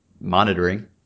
monitoring